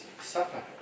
Supper